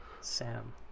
Sam